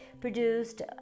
produced